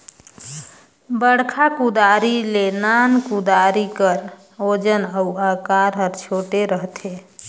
बड़खा कुदारी ले नान कुदारी कर ओजन अउ अकार हर छोटे रहथे